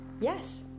yes